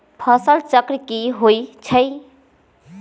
फसल चक्र की होइ छई?